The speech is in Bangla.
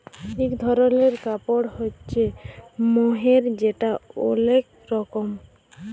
ইক ধরলের কাপড় হ্য়চে মহের যেটা ওলেক লরম